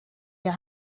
your